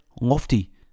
lofty